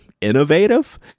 innovative